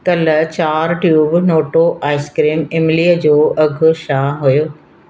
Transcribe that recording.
कल्ह चार ट्यूब नोटो आइसक्रीम इमलीअ जो अघु छा हुओ